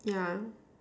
yeah